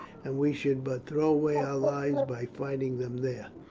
and we should but throw away our lives by fighting them there.